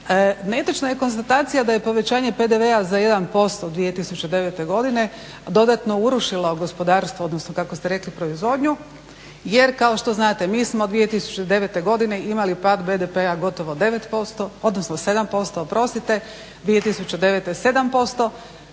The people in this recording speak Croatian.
Netočna je konstatacija da je povećanje PDV-a za 1% 2009. godine dodatno urušilo gospodarstvo, odnosno kako ste rekli proizvodnju. Jer kao što znate mi smo 2009. godine imali pad BDP-a gotovo 9%, odnosno 7% oprostite. 2009. 7%